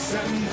Send